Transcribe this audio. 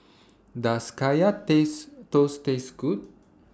Does Kaya Taste Toast Taste Good